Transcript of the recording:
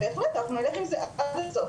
ובהחלט אנחנו נלך עם זה עד הסוף.